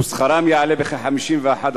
ושכרם יעלה בכ-51%.